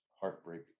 Heartbreak